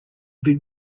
been